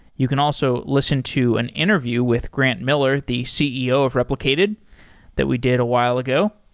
you can also listen to an interview with grant miller, the ceo of replicated that we did a while ago.